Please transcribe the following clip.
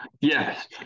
yes